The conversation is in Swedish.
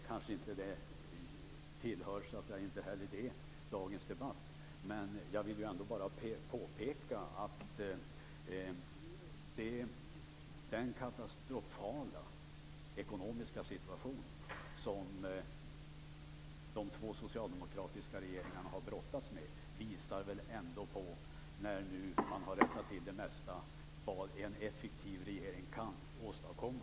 Kanske tillhör inte heller detta dagens debatt, men jag vill ändå påpeka att de två socialdemokratiska regeringarna har brottats med en katastrofal ekonomisk situation. Nu har man rättat till det mesta. Det visar ändå vad en effektiv regering kan åstadkomma.